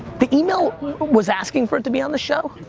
the e-mail was asking for it to be on the show?